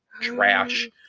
trash